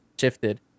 shifted